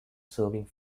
serving